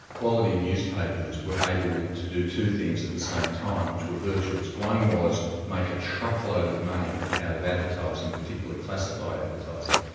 quality newspapers were able to do two things at the same time which were virtuous. one was make a truck-load of money out of advertising, particularly classified advertising.